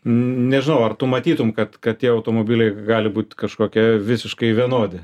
nežinau ar tu matytum kad kad tie automobiliai gali būt kažkokie visiškai vienodi